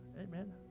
Amen